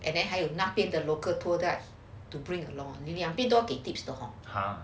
D then 还有那边 the local tour guide to bring along 也要多给 tips 的 hor